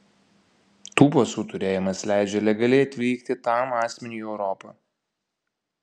tų pasų turėjimas leidžia legaliai atvykti tam asmeniui į europą